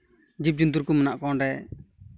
ᱡᱤᱵᱽ ᱡᱚᱱᱛᱩᱨ ᱠᱚ ᱢᱮᱱᱟᱜ ᱠᱚᱣᱟ ᱚᱸᱰᱮ